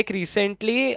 recently